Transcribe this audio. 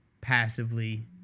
passively